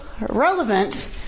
relevant